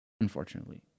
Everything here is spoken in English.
unfortunately